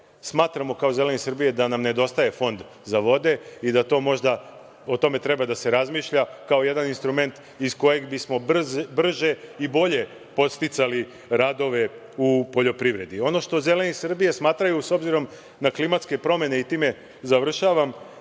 kao Zeleni Srbije, da nam nedostaje fond za vode i da o tome treba da se razmišlja, kao jedan instrument iz kojeg bi smo brže i bolje podsticali radove u poljoprivredi. Ono što Zeleni Srbije smatraju, s obzirom na klimatske promene i time završavam,